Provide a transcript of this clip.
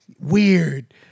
weird